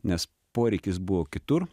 nes poreikis buvo kitur